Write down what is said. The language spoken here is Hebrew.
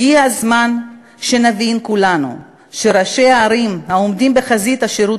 הגיע הזמן שנבין כולנו שראשי הערים העומדים בחזית השירות